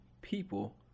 people